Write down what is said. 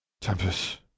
Tempest